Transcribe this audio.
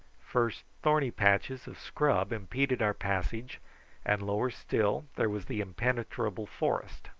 first thorny patches of scrub impeded our passage and lower still there was the impenetrable forest.